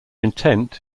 intent